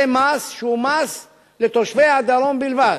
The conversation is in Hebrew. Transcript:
זה מס שהוא מס לתושבי הדרום בלבד.